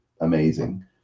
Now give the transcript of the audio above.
amazing